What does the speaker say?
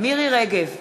מירי רגב,